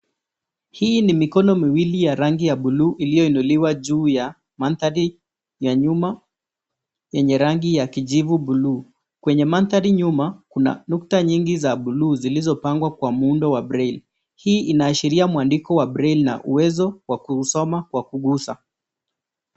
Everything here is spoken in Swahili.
Hii ni mikono miwili ya rangi ya buluu iliyoinuliwa juu ya mandhari nyuma yenye rangi ya kijivu buluu. Kwenye mandhari nyuma, kuna nukta nyingi za buluu zilizopangwa kwa muundo wa braille . Hii inaashiria mwandiko wa braille na uwezo wa kuusoma kwa kugusa.